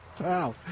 Wow